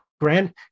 grand